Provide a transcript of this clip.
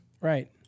Right